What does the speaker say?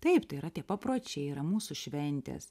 taip tai yra tie papročiai yra mūsų šventės